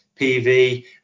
PV